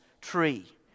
tree